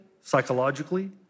psychologically